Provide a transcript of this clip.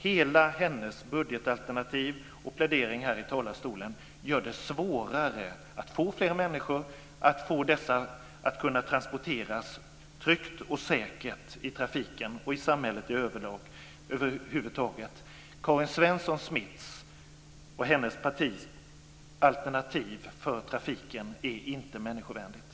Hela hennes budgetalternativ och det hon tog upp i sin plädering här i talarstolen skulle göra det svårare att transportera fler människor tryggt och säkert i trafiken och i samhället över huvud taget. Karin Svensson Smiths och hennes partis alternativ för trafiken är inte människovänligt.